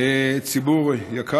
אינו נוכח.